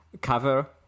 cover